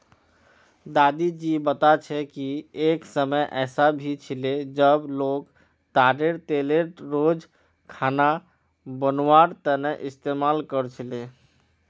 दादी जी बता छे कि एक समय ऐसा भी छिले जब लोग ताडेर तेलेर रोज खाना बनवार तने इस्तमाल कर छीले